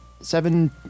seven